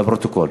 לפרוטוקול.